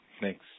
Thanks